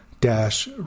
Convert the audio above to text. dash